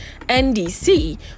NDC